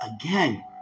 again